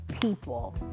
people